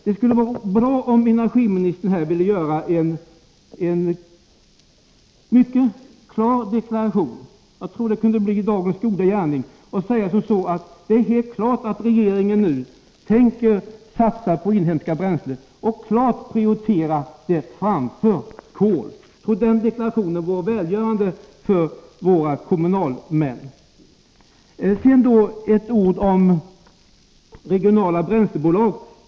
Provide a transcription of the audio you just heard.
Det skulle vara bra om energiministern här ville göra en mycket klar deklaration — jag tror att det kunde bli dagens goda gärning — och säga att det är klart att regeringen nu tänker satsa på inhemska bränslen och klart prioritera dem framför kol. Jag tror att den deklarationen vore välgörande för våra kommunalmän. Sedan några ord om regionala bränslebolag.